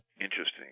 Interesting